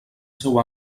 seu